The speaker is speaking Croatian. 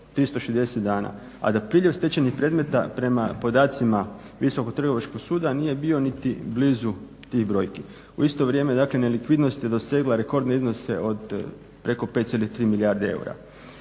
360 dana, a da priljev stečajnih predmeta prema podacima Visokog trgovačkog suda nije bio niti blizu tih brojki. U isto vrijeme dakle nelikvidnost je dosegla rekordne iznose od preko 5,3 milijarde eura.